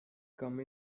come